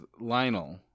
Lionel